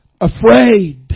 afraid